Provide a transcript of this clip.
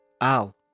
Al